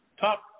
top